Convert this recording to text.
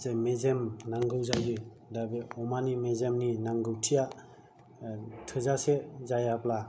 जे मेजेम नांगौ जायो दा बे अमानि मेजेमनि नांगौथिआ थोजासे जायाब्ला